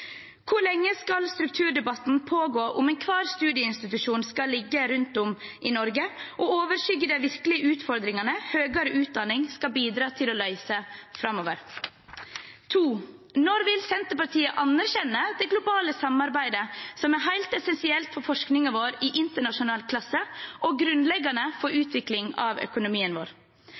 Hvor lenge skal strukturdebatten pågå om hvor enhver studieinstitusjon skal ligge rundt om i Norge, og overskygge de virkelige utfordringene høyere utdanning skal bidra til å løse framover? Når vil Senterpartiet anerkjenne det globale samarbeidet, som er helt essensielt for forskningen vår i internasjonal klasse og grunnleggende for utvikling av økonomien vår?